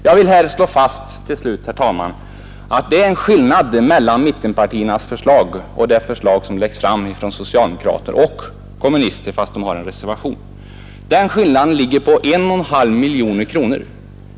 Jag vill till slut slå fast, herr talman, att det är en skillnad mellan mittenpartiernas förslag och det förslag som läggs fram av socialdemokrater, moderater och kommunister, fastän kommunisterna har en reservation — en skillnad på 1,5 miljoner kronor till ungdomsorganisationernas fördel.